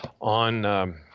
on –